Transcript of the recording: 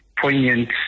poignant